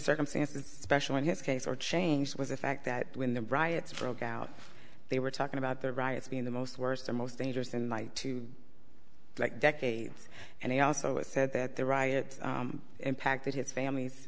circumstances special in his case or change was the fact that when the riots broke out they were talking about the riots being the most worst and most dangerous in two like decades and he also said that the riots impacted his families